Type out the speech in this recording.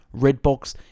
Redbox